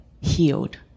healed